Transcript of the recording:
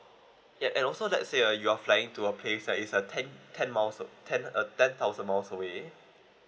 ya and also let's say uh you are flying to a place like is a ten ten miles uh ten ten thousand miles away